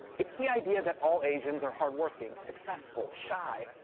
it's the idea that all asians are hardworking, successful, shy,